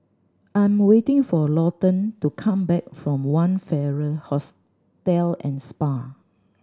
I'm waiting for Lawton to come back from One Farrer Hostel and Spa